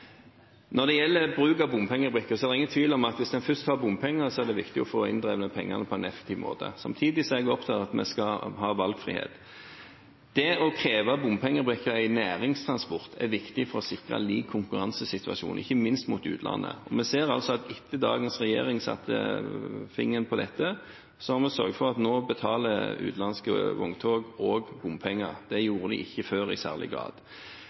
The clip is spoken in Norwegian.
Når det gjelder bruk av bompengebrikke, er det ingen tvil om at hvis man først har bompenger, er det viktig å få inndrevet pengene på en effektiv måte. Samtidig er jeg opptatt av at vi skal ha valgfrihet. Det å kreve bompengebrikke i næringstransport er viktig for å sikre en lik konkurransesituasjon, ikke minst mot utlandet. Vi ser altså at etter at dagens regjering satte fingeren på dette, har man sørget for at utenlandske vogntog nå også betaler bompenger. Det gjorde de ikke i særlig grad